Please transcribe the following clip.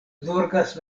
zorgas